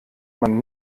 man